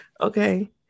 Okay